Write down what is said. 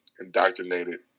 indoctrinated